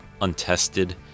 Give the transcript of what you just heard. untested